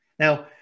Now